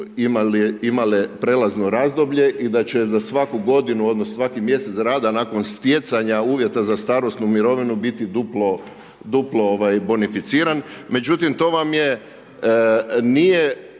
prelazno razdoblje i da će za svaku godinu odnosno za svaki mjesec rada nakon stjecanja uvjeta za starosnu mirovinu, biti duplo bonificiran. Međutim, nije